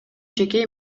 жеке